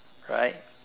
right